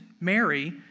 Mary